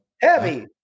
Heavy